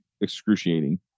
excruciating